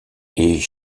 est